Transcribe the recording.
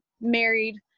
married